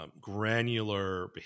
granular